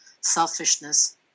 selfishness